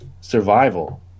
survival